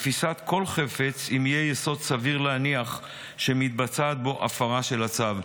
ותפיסת כל חפץ אם יהיה יסוד סביר להניח שמתבצעת בו הפרה של הצו.